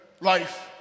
life